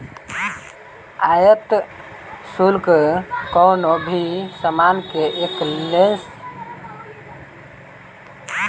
आयात शुल्क कवनो भी सामान के एक देस से दूसरा जगही ले जाए खातिर देहल जात हवे